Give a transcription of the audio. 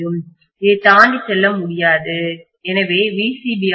இதைத் தாண்டிச் செல்ல முடியாது எனவே இது vCB ஆக இருக்கும்